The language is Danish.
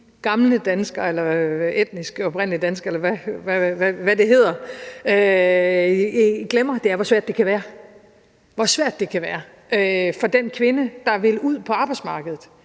danskere, eller hvad det hedder, glemmer, er, hvor svært det kan være – hvor svært det kan være for den kvinde, der vil ud på arbejdsmarkedet;